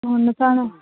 ꯑꯣ ꯅꯨꯄꯥꯅ